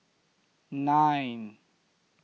nine